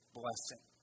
blessing